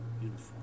uniform